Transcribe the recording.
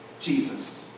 Jesus